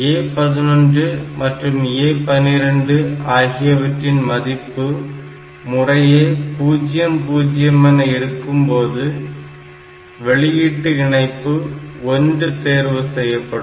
A11 மற்றும் A12 ஆகியவற்றின் மதிப்பு முறையே 0 0 என இருக்கும்போது வெளியீட்டு இணைப்பு 1 தேர்வு செய்யப்படும்